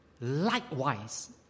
Likewise